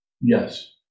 Yes